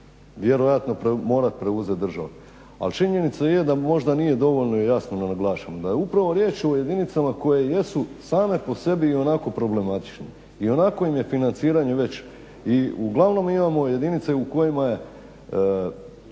vjerojatno morat preuzet država. Ali činjenica je da možda nije dovoljno jasno naglašeno da je upravo riječ o jedinicama koje jesu same po sebi ionako problematične, ionako im je financiranje već i uglavnom imamo jedinice u kojima je